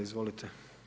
Izvolite.